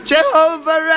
Jehovah